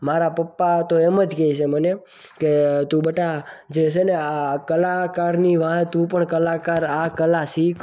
મારા પપ્પા તો એમ જ કે છે મને કે તું બેટા જે છે ને આ કલાકારની વાંહે તું પણ આ કલાકાર આ કલા શીખ